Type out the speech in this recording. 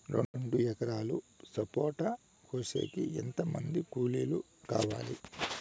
రెండు ఎకరాలు సపోట కోసేకి ఎంత మంది కూలీలు కావాలి?